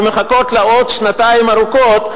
ומחכות לה עוד שנתיים ארוכות,